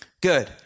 Good